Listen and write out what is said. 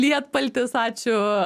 lietpaltis ačiū